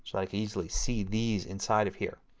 so like easily see these inside of here.